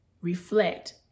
reflect